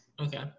Okay